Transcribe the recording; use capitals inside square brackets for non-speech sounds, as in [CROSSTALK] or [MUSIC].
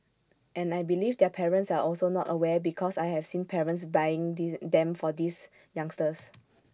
and I believe their parents are also not aware because I have seen parents buying [HESITATION] them for these youngsters